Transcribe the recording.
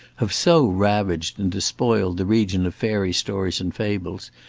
have so ravaged and despoiled the region of fairy-stories and fables,